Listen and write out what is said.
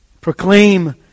proclaim